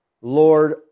Lord